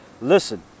listen